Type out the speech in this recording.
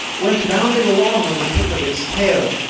went bounding along on the tip of its tail,